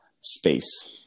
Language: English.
space